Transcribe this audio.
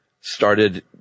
started